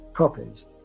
copies